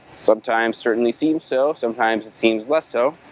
sometimes certainly seems so, sometimes it seems less so.